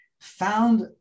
found